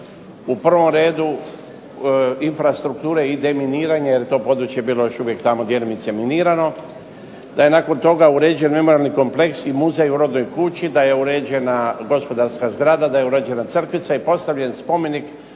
u prvom infrastrukture i deminiranje jer to je područje bilo još uvijek tamo djelomice minirano. Da je nakon toga uređen memorijalni kompleks i muzej u rodnoj kući, da je uređena gospodarska zgrada, da je uređena crkvica i postavljen spomenik